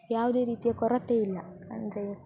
ಯಾವುದೇ ರೀತಿಯ ಕೊರತೆ ಇಲ್ಲ ಅಂದರೆ